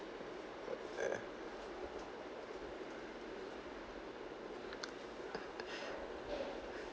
yeah